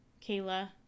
Kayla